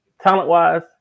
Talent-wise